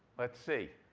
let's see.